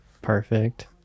perfect